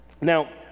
Now